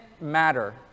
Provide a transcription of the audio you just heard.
matter